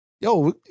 yo